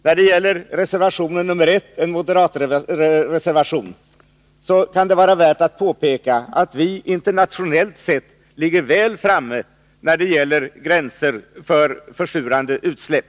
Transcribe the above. När det gäller reservation 1, en moderatreservation, kan det vara värt att påpeka att Sverige internationellt sett ligger väl framme i fråga om gränser för försurande utsläpp.